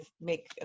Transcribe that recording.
make